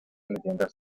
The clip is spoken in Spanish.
leyendas